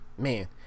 man